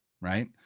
Right